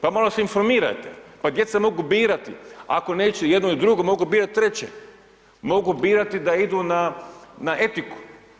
Pa malo se informirajte, pa djeca mogu birati, ako neće jedno i drugo, mogu birat treće, mogu birat da idu na etiku.